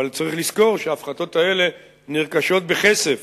אבל צריך לזכור שההפחתות האלה נרכשות בכסף